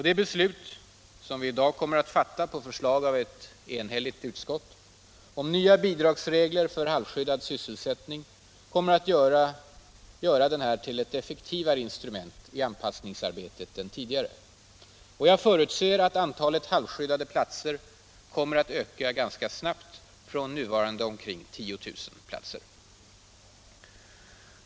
Det beslut som riksdagen i dag kommer att fatta på förslag av ett enhälligt utskott, om nya bidragsregler för halvskyddad sysselsättning, kommer att göra denna till ett effektivare instrument i anpassningsarbetet än tidigare. Jag förutser att antalet halvskyddade platser kommer att öka ganska snabbt från nuvarande ca 10000 platser.